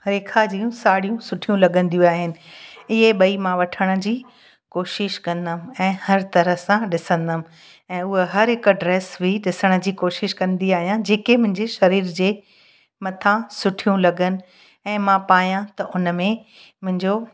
रेखा जूं साड़ियूं सुठी लॻंदियूं आहिनि इहे ॿई मां वठण जी कोशिश कंदमि ऐं हर तरह सां ॾिसंदमि ऐं उहा हर हिकु ड्रेस बि ॾिसण जी कोशिश कंदी आहियां जेकी मुंहिंजे शरीर जे मथां सुठियूं लॻनि ऐं मां पायां त उन में मुंहिंजो